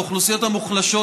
האוכלוסיות המוחלשות,